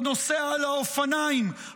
או נוסע על האופניים,